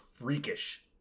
freakish